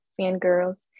fangirls